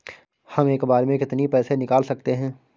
हम एक बार में कितनी पैसे निकाल सकते हैं?